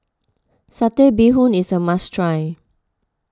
Satay Bee Hoon is a must try